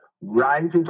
rises